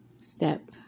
step